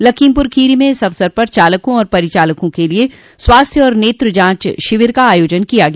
लखीमपुर खीरी में इस अवसर पर चालकों और परिचालकों के लिये स्वास्थ्य और नेत्र जांच शिविर का आयोजन किया गया